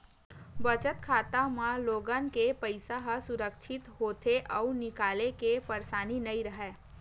बचत खाता म लोगन के पइसा ह सुरक्छित होथे अउ निकाले के परसानी नइ राहय